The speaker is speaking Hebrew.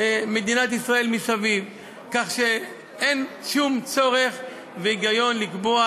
מדינת ישראל, כך שאין שום צורך והיגיון לקבוע